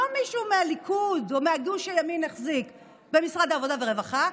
לא מישהו מהליכוד או מגוש הימין החזיק במשרד העבודה והרווחה,